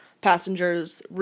Passengers